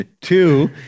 Two